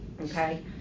Okay